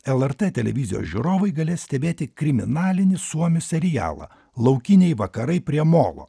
lrt televizijos žiūrovai galės stebėti kriminalinį suomių serialą laukiniai vakarai prie molo